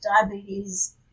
Diabetes